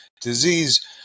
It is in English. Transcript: disease